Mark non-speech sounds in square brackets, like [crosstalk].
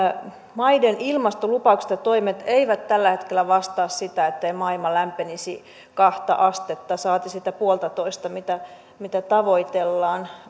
maiden ilmastolupaukset ja toimet eivät tällä hetkellä vastaa sitä ettei maailma lämpenisi kahta astetta saati sitä puoltatoista mitä mitä tavoitellaan [unintelligible]